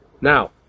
Now